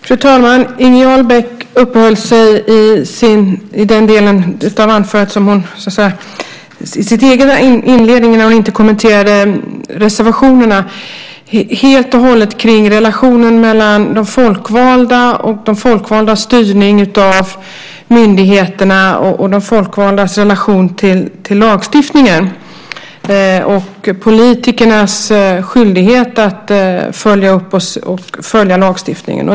Fru talman! Inger Jarl Beck uppehöll sig i inledningen av sitt anförande, den del där hon inte kommenterade reservationerna, helt och hållet kring de folkvaldas relation till och styrning av myndigheterna, de folkvaldas relation till lagstiftningen och politikernas skyldighet att följa upp lagstiftningen.